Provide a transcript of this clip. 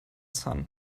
sun